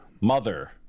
Mother